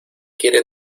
quiere